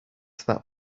that